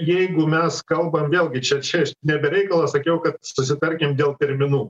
jeigu mes kalbam vėlgi čia čia aš ne be reikalo sakiau kad susitarkim dėl terminų